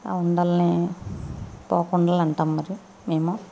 ఆ ఉండలని పోకు ఉండలు అంటాము మరి మేము